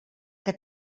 que